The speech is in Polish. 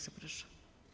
Zapraszam.